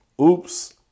Oops